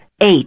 eight